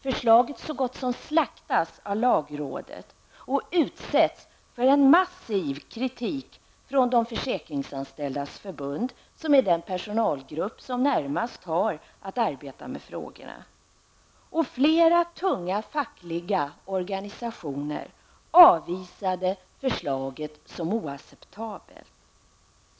Förslaget så gott som slaktas av lagrådet och utsätts för en massiv kritik från Försäkringsanställdas förbund, dvs. den personalgrupp som närmast skall arbeta med frågorna. Flera tunga fackliga organisationer avvisade förslaget som oacceptabelt.